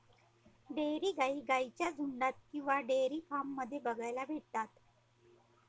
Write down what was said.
dairy गाई गाईंच्या झुन्डात किंवा डेयरी फार्म मध्ये बघायला भेटतात